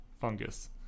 fungus